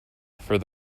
for